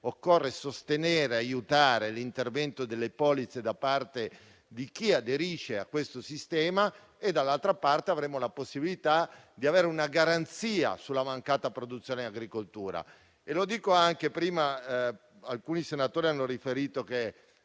Occorre sostenere e aiutare l'intervento delle polizze da parte di chi aderisce a questo sistema e, dall'altra parte, avremo la possibilità di avere una garanzia sulla mancata produzione in agricoltura. Prima alcuni senatori hanno riferito che